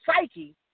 psyche